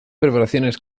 preparaciones